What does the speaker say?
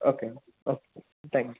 okay okay thank you